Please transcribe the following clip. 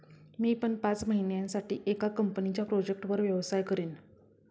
मी पण पाच महिन्यासाठी एका कंपनीच्या प्रोजेक्टवर व्यवसाय करीन